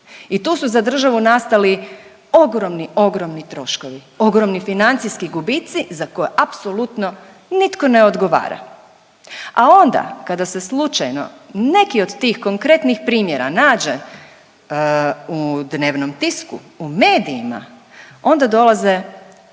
i tu su za državu nastali ogromni, ogromni troškovi, ogromni financijski gubici za koje apsolutno nitko ne odgovara. A onda kada se slučajno neki od tih konkretnih primjera nađe u dnevnom tisku, u medijima onda dolaze